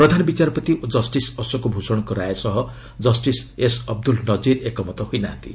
ପ୍ରଧାନବିଚାରପତି ଓ ଜଷ୍ଟିସ୍ ଅଶୋକ ଭୂଷଣଙ୍କ ରାୟ ସହ ଜଷ୍ଟିସ୍ ଏସ୍ ଅବଦୁଲ୍ଲ ନଜିର୍ ଏକମତ ହୋଇନାହାନ୍ତି